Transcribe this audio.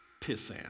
pissant